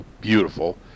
Beautiful